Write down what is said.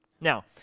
Now